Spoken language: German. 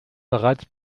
bereits